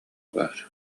баар